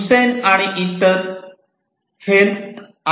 हुसेन आणि इतर Hossain et al